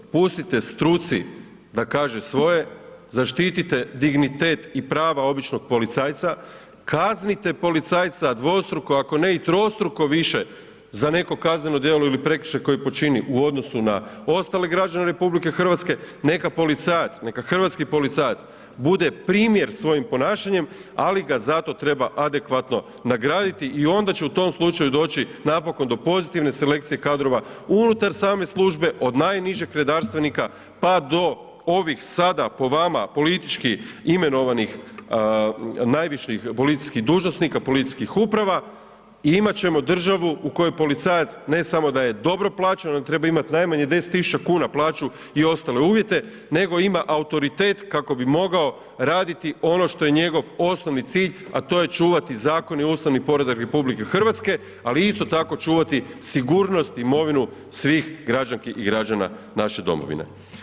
Pustite struci da kaže svoje, zaštite dignitet i prava običnog policajaca, kaznite policajca, dvostruko ako ine i trostruko više, za neko kazneno djelo ili prekršaj koji počini u odnosu na ostale građane RH, neka policajac, neka hrvatski policajac bude primjer svojim ponašanjem, ali ga zato treba adekvatno nagraditi i onda će u tom slučaju doći napokon do pozitivne selekcije kadrova unutar same službe od najnižeg redarstvenika, pa do ovih sada, po vama političkih imenovanih, najviših policijskih dužnosnika, policijskih uprava i imati ćemo državu u kojem policajac, ne samo da je dobro plaćen, nego treba imati najmanje 10000 kn plaću i ostale uvijete, nego ima autoritet, kako bi mogao raditi ono što je njegov osnovni cilj, a to je čuvati zakoni i ustavni poredak RH, ali isto tako čuvati sigurnost i imovinu svih građanki i građana naše domovine.